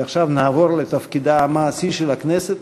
ועכשיו נעבור לתפקידה המעשי של הכנסת,